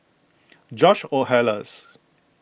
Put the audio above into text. George Oehlers